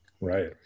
Right